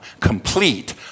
complete